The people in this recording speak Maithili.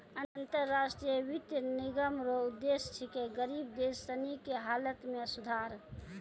अन्तर राष्ट्रीय वित्त निगम रो उद्देश्य छिकै गरीब देश सनी के हालत मे सुधार